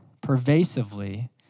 pervasively